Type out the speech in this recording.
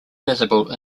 visible